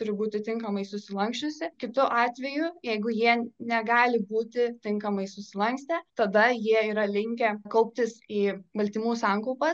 turi būti tinkamai susilanksčiusi kitu atveju jeigu jie negali būti tinkamai susilankstę tada jie yra linkę kauptis į baltymų sankaupas